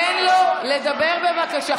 תן לו לדבר, בבקשה.